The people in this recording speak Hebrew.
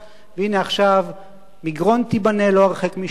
והנה עכשיו מגרון תיבנה לא הרחק משם,